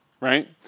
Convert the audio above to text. right